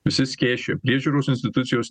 visi skėsčioja priežiūros institucijos